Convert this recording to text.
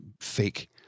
fake